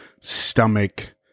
stomach